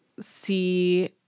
see